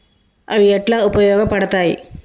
అవి ఎట్లా ఉపయోగ పడతాయి?